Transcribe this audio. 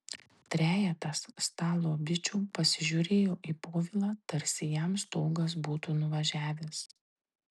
trejetas stalo bičų pasižiūrėjo į povilą tarsi jam stogas būtų nuvažiavęs